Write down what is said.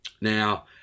Now